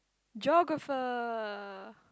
geographer